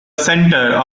center